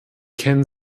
kennen